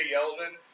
Yeldon